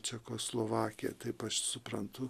čekoslovakiją taip aš suprantu